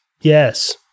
Yes